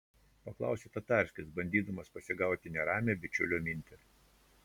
paklausė tatarskis bandydamas pasigauti neramią bičiulio mintį